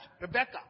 Rebecca